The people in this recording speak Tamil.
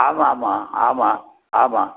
ஆமாம் ஆமாம் ஆமாம் ஆமாம்